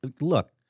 Look